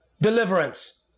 deliverance